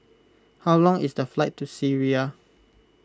how long is the flight to Syria